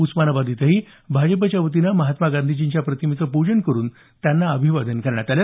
उस्मानाबाद इथंही भाजपच्या वतीनं महात्मा गांधीजींच्या प्रतिमेचे पूजन करून त्यांना अभिवादन करण्यात आलं